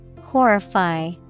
Horrify